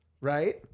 right